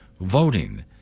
voting